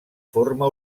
forma